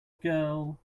girl